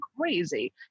crazy